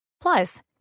Plus